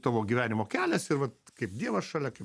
tavo gyvenimo kelias ir vat kaip dievas šalia kaip